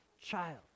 child